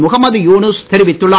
முகம்மது யூனுஸ் தெரிவித்துள்ளார்